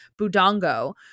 Budongo